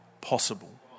possible